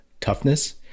toughness